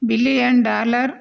billion dollar